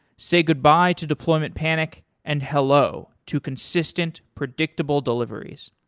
say goodbye to deployment panic and hello to consistent, predictable deliveries.